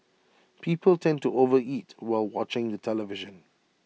people tend to overeat while watching the television